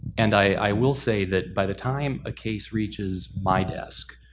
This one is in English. and i will say, that by the time a case reaches my desk,